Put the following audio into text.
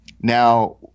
Now